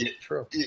true